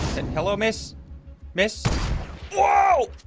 hello miss miss wow